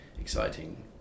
exciting